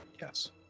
Yes